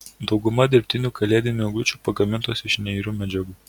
dauguma dirbtinių kalėdinių eglučių pagamintos iš neirių medžiagų